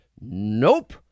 Nope